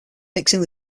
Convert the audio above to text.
mixing